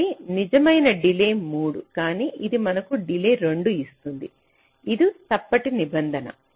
కాబట్టి నిజమైన డిలే 3 కానీ ఇది మనకు డిలే 2 ఇస్తుంది ఇది తప్పు టి నిబంధన